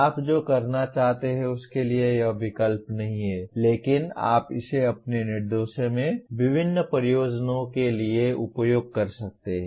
आप जो करना चाहते हैं उसके लिए यह विकल्प नहीं है लेकिन आप इसे अपने निर्देशों में विभिन्न प्रयोजनों के लिए उपयोग कर सकते हैं